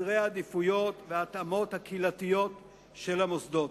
סדרי עדיפויות וההתאמות הקהילתיות של המוסדות.